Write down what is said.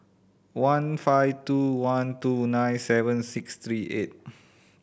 one five two one two nine seven six three eight